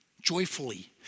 Joyfully